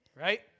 right